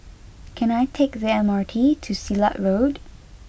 can I take the M R T to Silat Road